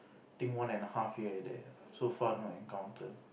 think one and a half year like that eh so far no encounter